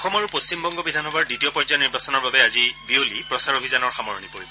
অসম আৰু পশ্চিমবংগ বিধানসভাৰ দ্বিতীয় পৰ্যয়ৰ নিৰ্বাচনৰ বাবে আজি বিয়লি প্ৰচাৰ অভিযানৰ সামৰণি পৰিব